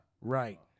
right